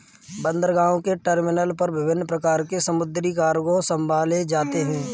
बंदरगाहों के टर्मिनल पर विभिन्न प्रकार के समुद्री कार्गो संभाले जाते हैं